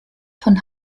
von